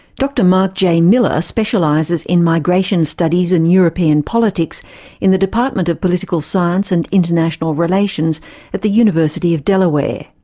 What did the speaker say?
dr mark j. miller specialises in migration studies and european politics in the department of political science and international relations at the university of delaware